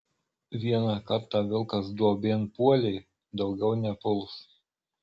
vieną kartą vilkas duobėn puolė daugiau nepuls